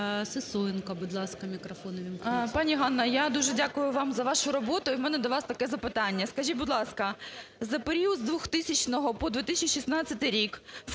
Сисоєнко, будь ласка, мікрофон